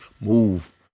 move